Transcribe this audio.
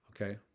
okay